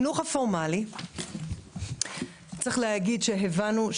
שכותרתו: Unit-Ed חינוך פורמלי.) (מקרינה שקף,